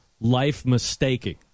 life-mistaking